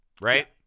right